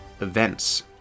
events